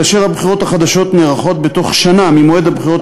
כאשר הבחירות החדשות נערכות בתוך שנה ממועד הבחירות